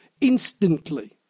instantly